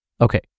Okay